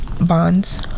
bonds